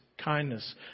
kindness